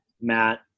Matt